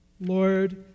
Lord